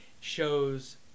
shows